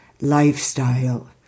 lifestyle